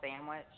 sandwich